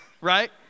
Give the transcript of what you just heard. Right